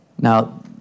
Now